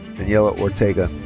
daniel ah ortega.